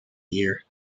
year